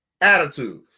attitude